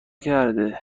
کرده